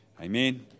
Amen